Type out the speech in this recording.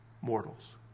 mortals